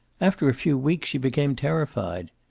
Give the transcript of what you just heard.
after a few weeks she became terrified.